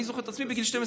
אני זוכר את עצמי בגיל 12,